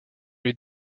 les